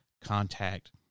contact